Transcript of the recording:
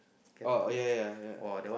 oh oh ya ya ya